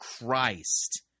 Christ